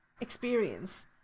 experience